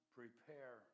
prepare